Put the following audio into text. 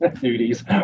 duties